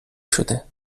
شده